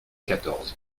quatorze